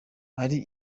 ari